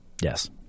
Yes